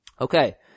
Okay